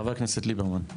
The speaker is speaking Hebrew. אפוסטיל